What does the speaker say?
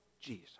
Jesus